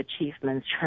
achievements